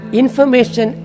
information